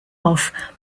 off